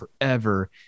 forever